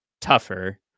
tougher